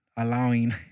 Allowing